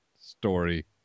story